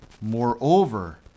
Moreover